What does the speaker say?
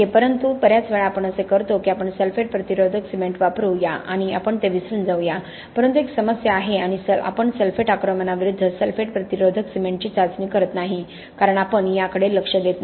टक्के परंतु बर्याच वेळा आपण असे करतो की आपण सल्फेट प्रतिरोधक सिमेंट वापरू या आणि आपण ते विसरून जाऊ या परंतु एक समस्या आहे आपण सल्फेट आक्रमणाविरूद्ध सल्फेट प्रतिरोधक सिमेंटची चाचणी करत नाही कारण आपण याकडे लक्ष देत नाही